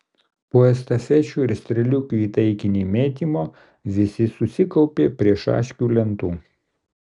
po estafečių ir strėliukių į taikinį mėtymo visi susikaupė prie šaškių lentų